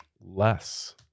Less